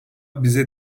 bize